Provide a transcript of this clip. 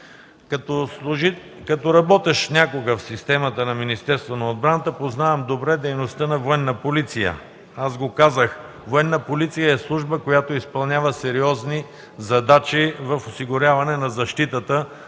Като работещ някога в системата на Министерството на отбраната познавам добре дейността на Военна полиция. Казах, че Военна полиция е служба, която изпълнява сериозни задачи по осигуряване на защитата,